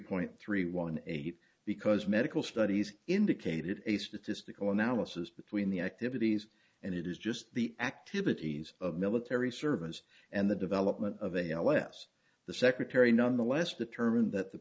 point three one eight because medical studies indicated a statistical analysis between the activities and it is just the activities of military service and the development of a l s the secretary nonetheless determined that the